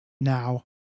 now